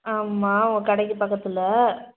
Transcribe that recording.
ஆமாம் உங்கள் கடைக்கு பக்கத்தில்